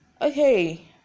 Okay